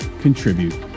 contribute